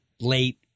late